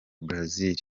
brazil